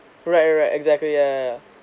right right right exactly yeah